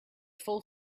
full